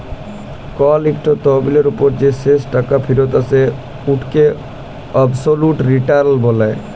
call ইকট তহবিলের উপর যে শেষ টাকা ফিরত আসে উটকে অবসলুট রিটার্ল ব্যলে